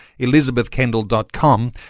elizabethkendall.com